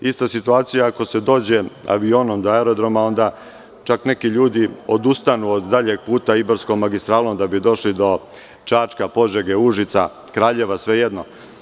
Ista situacija ako se dođe avionom do aerodroma onda čak neki ljudi odustanu od daljeg puta Ibarskom magistralom da bi došli do Čačka, Požege, Užica, Kraljeva svejedno.